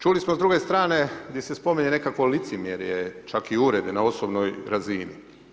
Čuli smo s druge strane gdje se spominje nekakvo licemjerje čak i uvrede na osobnoj razini.